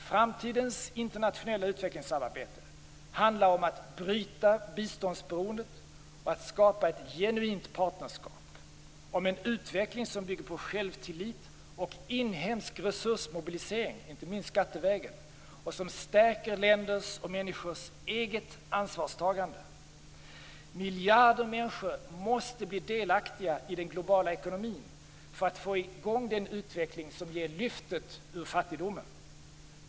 Framtidens internationella utvecklingssamarbete handlar om att bryta biståndsberoendet och om att skapa ett genuint partnerskap, om en utveckling som bygger på självtillit och inhemsk resursmobilisering, inte minst skattevägen, och som stärker länders och människors eget ansvarstagande. Miljarder människor måste bli delaktiga i den globala ekonomin för att få i gång den utveckling som ger lyftet ur fattigdomen.